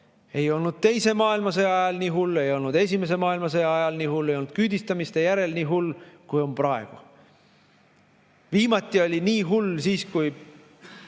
ei olnud teise maailmasõja ajal nii hull, ei olnud esimese maailmasõja ajal nii hull, ei olnud küüditamiste järel nii hull, kui on praegu. Viimati oli nii hull siis, kui